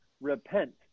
repent